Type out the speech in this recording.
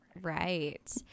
right